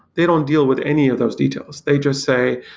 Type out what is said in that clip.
they don't deal with any of those details. they just say,